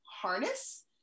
harness